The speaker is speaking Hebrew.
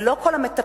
ולא כל המטפלים,